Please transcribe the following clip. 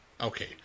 okay